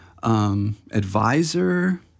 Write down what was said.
Advisor